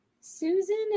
Susan